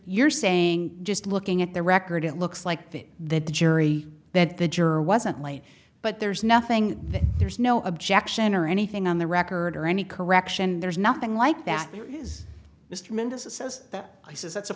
you're saying just looking at the record it looks like that that jury that the juror wasn't late but there's nothing there's no objection or anything on the record or any correction there's nothing like that there is this tremendous it says that he says that's